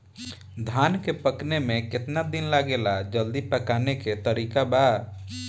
धान के पकने में केतना दिन लागेला जल्दी पकाने के तरीका बा?